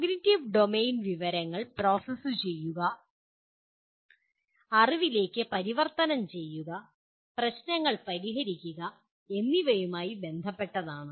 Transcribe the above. cognitive domain വിവരങ്ങൾ process ചെയ്യുക അറിവിലേക്ക് പരിവർത്തനം ചെയ്യുക പ്രശ്നങ്ങൾ പരിഹരിക്കുക എന്നിവയുമായി ബന്ധപ്പെട്ടതാണ്